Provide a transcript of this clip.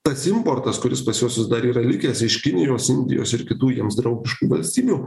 tas importas kuris pas juosiuos dar yra likęs iš kinijos indijos ir kitų jiems draugiškų valstybių